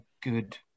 good